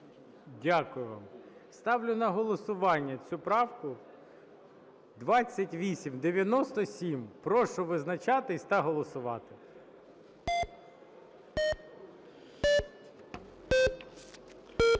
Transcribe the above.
Дякую вам. Ставлю на голосування цю правку, 2897. Прошу визначатись та голосувати.